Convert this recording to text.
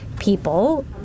people